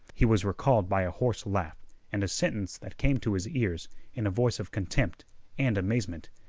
he was recalled by a hoarse laugh and a sentence that came to his ears in a voice of contempt and amazement.